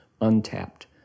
untapped